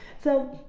so,